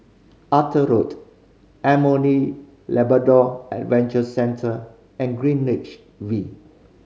Arthur Road M O E Labrador Adventure Centre and Greenwich V